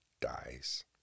dies